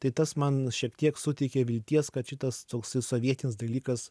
tai tas man šiek tiek suteikia vilties kad šitas toks sovietinis dalykas